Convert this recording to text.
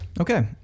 Okay